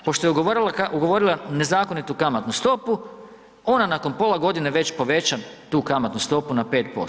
Pošto je ugovorila nezakonitu kamatnu stopu, ona nakon pola godine već poveća tu kamatnu stopu na 5%